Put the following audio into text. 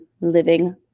living